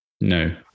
No